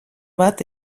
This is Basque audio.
bat